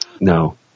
No